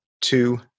two